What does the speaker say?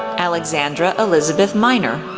alexandra elizabeth miner,